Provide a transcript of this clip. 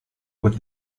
with